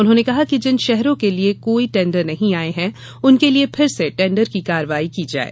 उन्होंने कहा कि जिन शहरों के लिए कोई टेंडर नहीं आए हैं उनके लिए फिर से टेंडर की कार्यवाही की जाये